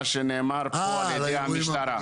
וזה מה שנאמר פה על-ידי המשטרה,